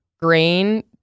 grain